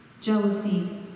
jealousy